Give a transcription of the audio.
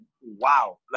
wow